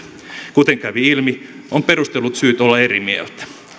kuten kävi ilmi on perustellut syyt olla eri mieltä